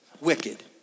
wicked